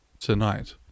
Tonight